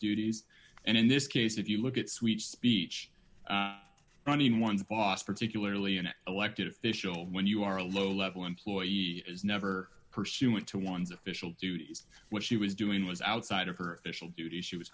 duties and in this case if you look at sweet speech i mean one the boss particularly an elected official when you are a low level employee is never pursuant to one's official duties what she was doing was outside of her